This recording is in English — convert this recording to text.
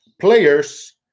players